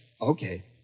Okay